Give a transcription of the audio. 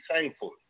thankful